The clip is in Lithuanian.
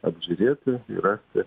apžiūrėti rasti